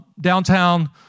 downtown